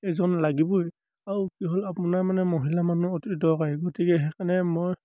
এজন লাগিবই আৰু কি হ'ল আপোনাৰ মানে মহিলা মানুহ অতি দৰকাৰী গতিকে সেইকাৰণে মই